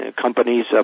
companies